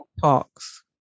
talks